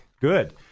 good